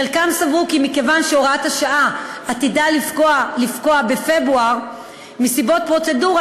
חלקם סברו כי מכיוון שהוראת השעה עתידה לפקוע בפברואר מסיבות פרוצדורה,